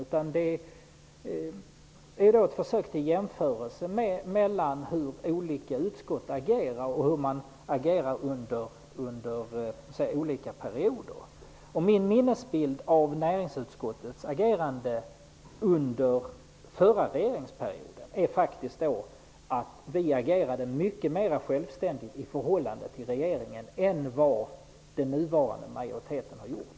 Det är ett försök till en jämförelse mellan hur olika utskott agerar under olika perioder. Min minnesbild av näringsutskottets agerande under den förra regeringsperioden är faktiskt att utskottet agerade mer självständigt i förhållande till regeringen än vad den nuvarande majoriteten har gjort.